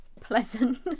pleasant